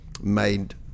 made